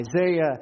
Isaiah